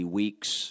week's